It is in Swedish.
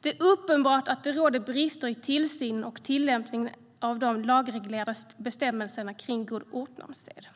Det är uppenbart att det råder brister i tillsynen och tillämpningen av de lagreglerade bestämmelserna kring god ortnamnssed.